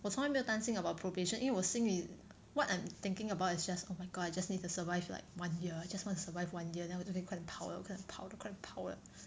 我从来没有担心 about probation 因为我心里 what I'm thinking about is just oh my god I just need to survive like one year I just wanna survive one year then 我就可以快点跑了我就可以快点跑了快点跑了